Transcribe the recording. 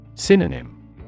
Synonym